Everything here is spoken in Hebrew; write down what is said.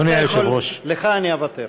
לך אני אוותר.